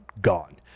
gone